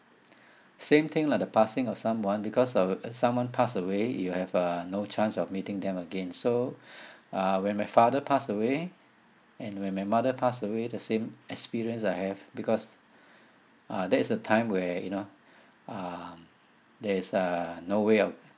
same thing lah the passing of someone because of uh someone passed away you have uh no chance of meeting them again so uh when my father passed away and when my mother passed away the same experience I have because uh that is the time where you know um there's uh no way of